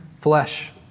flesh